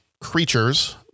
creatures